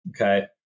Okay